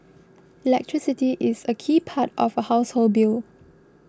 electricity is a key part of a household bill